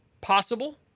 Possible